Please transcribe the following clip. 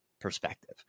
perspective